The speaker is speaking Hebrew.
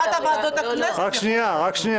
אחת מוועדות הכנסת יכולה לדון.